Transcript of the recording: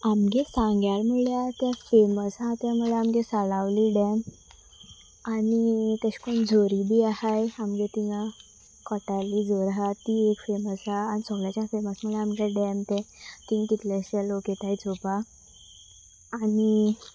आमगे सांग्यार म्हणल्यार तें फेमस आसा ते म्हल्यार आमगे सलावली डॅम आनी तशे करून झोरी बी आसाय आमगे तिंगा कोटारली झोर आसा ती एक फेमस आसा आनी सोगल्यांच्यान फेमस म्हल्यार आमगे डॅम ते तींग कितलेशे लोक येताय चोवपाक आनी